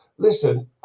Listen